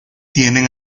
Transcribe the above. tienen